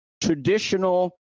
traditional